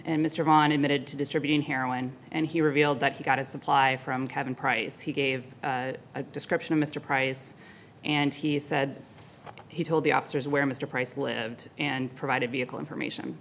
and mr von admitted to distributing heroin and he revealed that he got a supply from kevin price he gave a description of mr price and he said he told the officers where mr price lived and provided vehicle information